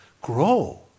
grow